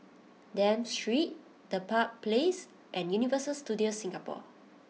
Dafne Street Dedap Place and Universal Studios Singapore